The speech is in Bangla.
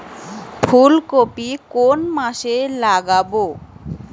ফুলকপি কোন মাসে লাগাবো?